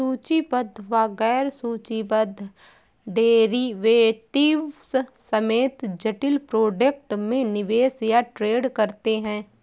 सूचीबद्ध व गैर सूचीबद्ध डेरिवेटिव्स समेत जटिल प्रोडक्ट में निवेश या ट्रेड करते हैं